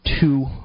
two